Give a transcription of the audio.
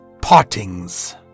partings